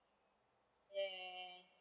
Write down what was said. and